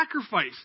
sacrifice